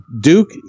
Duke